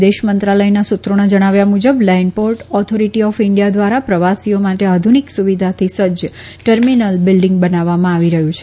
વિદેશ મંત્રાલયના સૂત્રોના જણાવ્યા મુજબ Land Port Authority of India દ્વારા પ્રવાસીઓ માટે આધુનિક સુવિધાથી સજ્જ ટર્મિનલ બિલ્ડિંગ બનાવવામાં આવી રહી છે